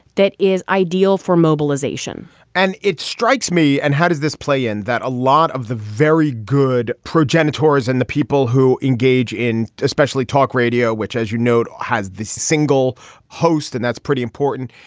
that is ideal for mobilization and it strikes me and how does this play in that a lot of the very good progenitors and the people who engage in especially talk radio, which, as you note, has the single host, and that's pretty important.